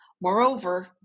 Moreover